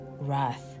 wrath